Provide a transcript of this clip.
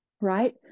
right